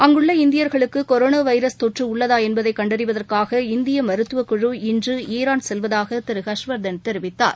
அங்குள்ள இந்தியர்களுக்கு corona virus தொற்று உள்ளதா என்பதை கண்டறிவதற்காக இந்திய மருத்துவக் குழு இன்று ஈரான் செல்வதாக திரு ஹர்ஷவர்தன் தெரிவித்தார்